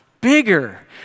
bigger